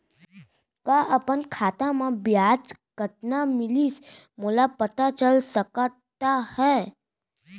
का अपन खाता म ब्याज कतना मिलिस मोला पता चल सकता है?